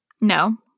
No